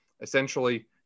essentially